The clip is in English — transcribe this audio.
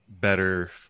better